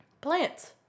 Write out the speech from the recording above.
plants